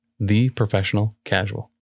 theprofessionalcasual